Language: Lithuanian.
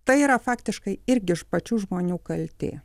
tai yra faktiškai irgi iš pačių žmonių kaltė